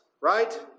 right